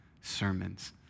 sermons